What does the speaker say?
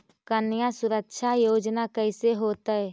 कन्या सुरक्षा योजना कैसे होतै?